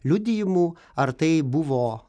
liudijimų ar tai buvo